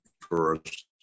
first